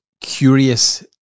curious